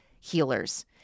healers